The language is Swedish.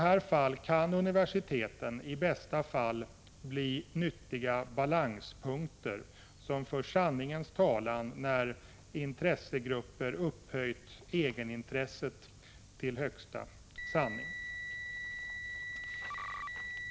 Här kan universiteten i bästa fall bli nyttiga balanspunkter som för sanningens talan när intressegrupper har upphöjt egenintresset till högsta sanning.